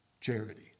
Charity